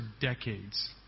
decades